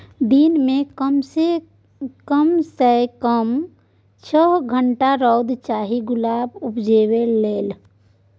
दिन मे कम सँ कम छअ घंटाक रौद चाही गुलाब उपजेबाक लेल